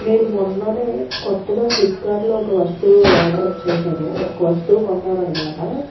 నేను మొన్ననే కొత్తగా ఫ్లిప్కార్ట్లో ఒక వస్తువు ఆర్డర్ చేశాను ఒక వస్తువు కొన్నాను అనమాట